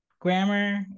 grammar